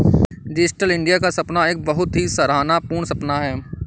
digital India का सपना एक बहुत ही सराहना पूर्ण सपना है